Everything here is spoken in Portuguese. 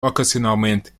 ocasionalmente